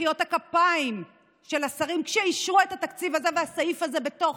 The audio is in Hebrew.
מחיאות כפיים של השרים כשאישרו את התקציב הזה והסעיף הזה בתוך,